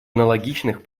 аналогичных